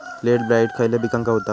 Late blight खयले पिकांका होता?